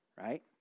right